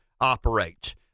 operate